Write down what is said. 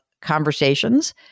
conversations